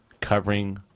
Covering